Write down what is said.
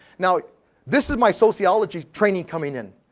now this is my sociology training coming in.